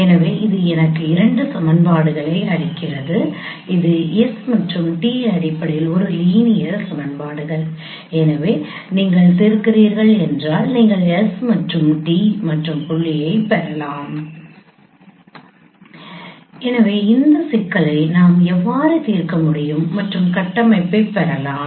எனவே இது எனக்கு இரண்டு சமன்பாடுகளை அளிக்கிறது இது s மற்றும் t அடிப்படையில் ஒரு லீனியர் சமன்பாடுகள் எனவே நீங்கள் தீர்க்கிறீர்கள் என்றால் நீங்கள் s மற்றும் t மற்றும் புள்ளியைப் பெறலாம் எனவே இந்த சிக்கலை நாம் எவ்வாறு தீர்க்க முடியும் மற்றும் கட்டமைப்பைப் பெறலாம்